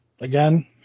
again